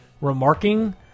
remarking